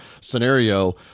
scenario